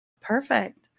Perfect